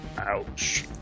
Ouch